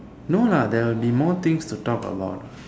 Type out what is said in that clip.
no lah there would be more things to talk about